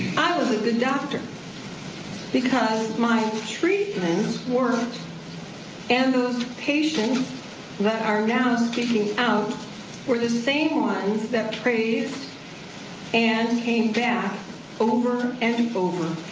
i was a good doctor because my treatments worked and those patients that are now speaking out for the same ones that praised and came back over and over.